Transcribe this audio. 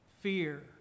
fear